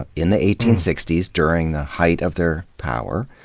in the eighteen sixty s, during the height of their power,